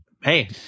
Hey